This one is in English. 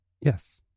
Yes